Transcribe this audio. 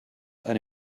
eine